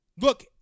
Look